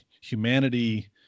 humanity